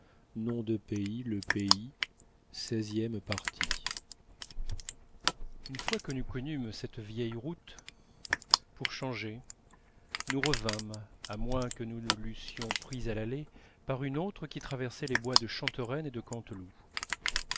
une fois que nous connûmes cette vieille route pour changer nous revînmes à moins que nous ne l'eussions prise à l'aller par une autre qui traversait les bois de chantereine et de canteloup